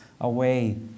away